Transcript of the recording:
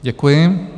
Děkuji.